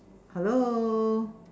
hello